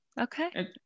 Okay